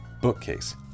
bookcase